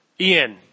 Ian